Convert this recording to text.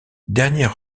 dernière